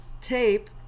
tape